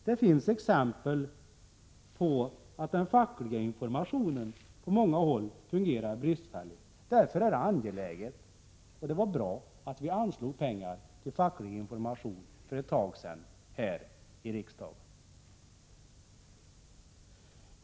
Det finns exempel på att den fackliga informationen på många håll fungerar bristfälligt. Därför var det angeläget och bra att vi för ett tag sedan här i riksdagen anslog pengar till facklig information.